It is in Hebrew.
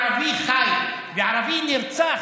ערבי חי וערבי נרצח,